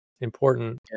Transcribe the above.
important